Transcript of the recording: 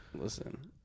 Listen